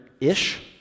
ish